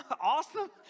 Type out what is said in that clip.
awesome